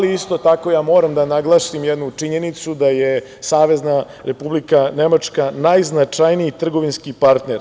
Isto tako, ja moram da naglasim jednu činjenicu da je Savezna Republika Nemačka najznačajniji trgovinski partner.